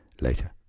later